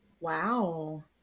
wow